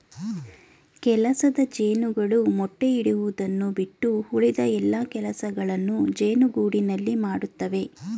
ಕೆಲಸದ ಜೇನುಗಳು ಮೊಟ್ಟೆ ಇಡುವುದನ್ನು ಬಿಟ್ಟು ಉಳಿದ ಎಲ್ಲಾ ಕೆಲಸಗಳನ್ನು ಜೇನುಗೂಡಿನಲ್ಲಿ ಮಾಡತ್ತವೆ